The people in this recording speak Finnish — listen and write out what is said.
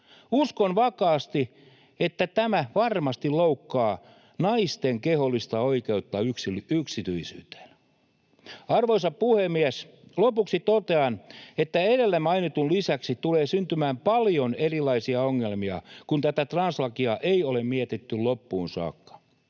Uskon vakaasti, että tämä varmasti loukkaa naisten kehollista oikeutta yksityisyyteen. Arvoisa puhemies! Lopuksi totean, että edellä mainitun lisäksi tulee syntymään paljon erilaisia ongelmia, kun tätä translakia ei ole mietitty loppuun saakka.